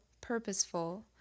purposeful